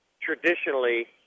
traditionally